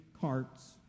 carts